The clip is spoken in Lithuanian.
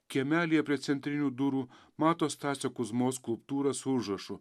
kiemelyje prie centrinių durų mato stasio kuzmos skulptūrą su užrašu